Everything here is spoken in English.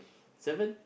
seven